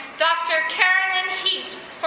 dr. carolyn heaps,